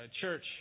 church